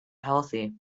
healthy